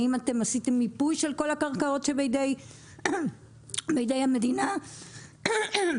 האם עשיתם מיפוי של כל הקרקעות שבידי המדינה כדי